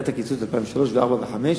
היה הקיצוץ ב-2003, 2004 ו-2005,